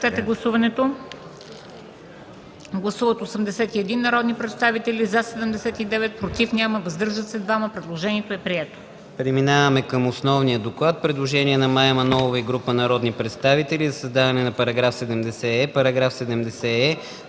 Преминаваме към основния доклад. Предложение на Мая Манолова и група народни представители за създаване на § 70е: